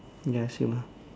ya same ah